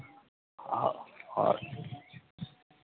आओर आओर